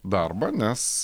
darbą nes